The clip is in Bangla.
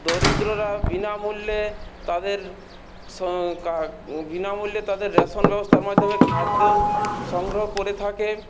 দরিদ্ররা বিনামূল্যে তাদের বিনামূল্যে তাদের রেশন ব্যবস্থার মাধ্যমে খাদ্য সংগ্রহ করে থাকে